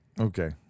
Okay